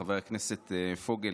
חבר הכנסת פוגל,